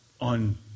on